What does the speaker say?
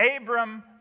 Abram